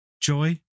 Joy